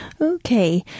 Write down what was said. Okay